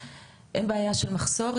אין בעיה של מחסור,